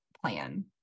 plan